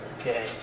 Okay